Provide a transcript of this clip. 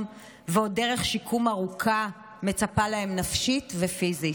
ועוד דרך שיקום ארוכה מצפה להם נפשית ופיזית.